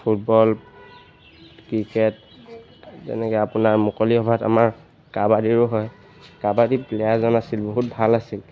football cricket যেনেকৈ আপোনাৰ মুকলি সভাত আমাৰ কাবাডীৰো হয় কাবাডীৰ প্লেয়াৰজন আছিল বহুত ভাল আছিল